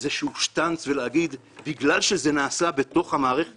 שטנץ ולהגיד שבגלל שזה נעשה בתוך המערכת